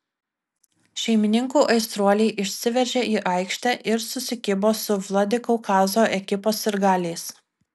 šeimininkų aistruoliai išsiveržė į aikštę ir susikibo su vladikaukazo ekipos sirgaliais